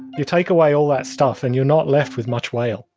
you take away all that stuff and you're not left with much whale.